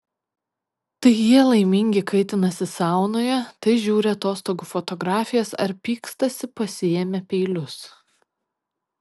tai jie laimingi kaitinasi saunoje tai žiūri atostogų fotografijas ar pykstasi pasiėmę peilius